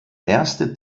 erste